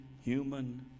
human